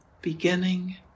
beginning